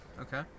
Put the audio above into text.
Okay